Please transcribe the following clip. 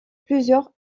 plusieurs